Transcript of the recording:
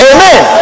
Amen